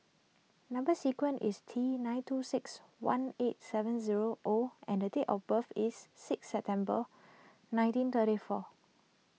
Number Sequence is T nine two six one eight seven zero O and the date of birth is six September nineteen thirty four